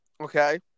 okay